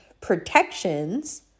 protections